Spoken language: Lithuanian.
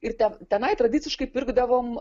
ir ten tenai tradiciškai pirkdavom